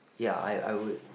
ya I I would